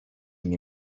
mnie